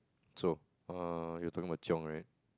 so err you're talking about chiong right